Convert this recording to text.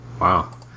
Wow